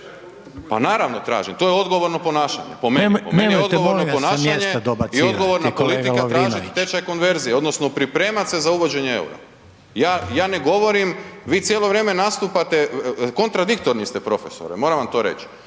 kolega Lovrinović./… **Đujić, Saša (SDP)** Po meni je odgovorno ponašanje i odgovorna politika tražiti tečaj konverzije odnosno pripremat se za uvođenje eura. Ja ne govorim, vi cijelo vrijeme nastupate, kontradiktorni ste profesore, moram vam to reć.